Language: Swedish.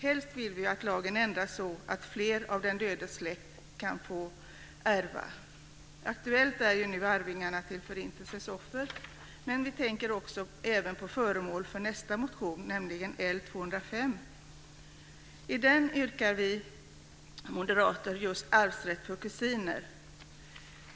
Helst vill vi ju att lagen ändras så fler av den dödes släktingar kan få ärva. Aktuellt är ju nu arvingarna till Förintelsens offer, men vi tänker oss även föremålen för nästa motion, L205. I den yrkar vi moderater på arvsrätt för kusiner.